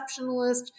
exceptionalist